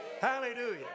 Hallelujah